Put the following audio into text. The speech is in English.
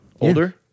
older